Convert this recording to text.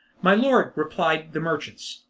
my lord, replied the merchants,